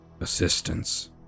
assistance